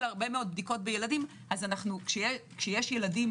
כשיש ילדים,